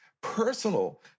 personal